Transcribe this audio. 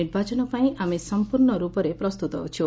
ନିର୍ବାଚନ ପାଇଁ ଆମେ ସଂପୂଶ୍ଣ ରୂପରେ ପ୍ରସ୍ତୁତ ଅଛୁ